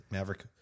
Maverick